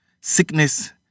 Sickness